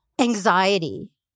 anxiety